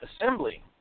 Assembly